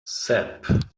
sep